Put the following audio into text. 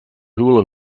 hula